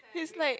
he's like